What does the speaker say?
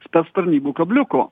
spec tarnybų kabliuko